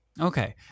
Okay